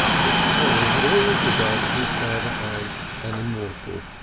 mr. polly had always regarded his father as an immortal,